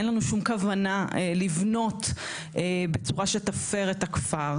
אין לנו שום כוונה לבנות בצורה שתפר את הכפר.